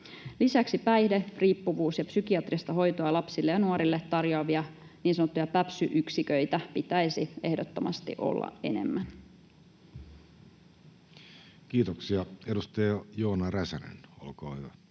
Lisäksi päihderiippuvuus- ja psykiatrista hoitoa lapsille ja nuorille tarjoavia niin sanottuja päpsy-yksiköitä pitäisi ehdottomasti olla enemmän. Kiitoksia. — Edustaja Joona Räsänen, olkaa hyvä.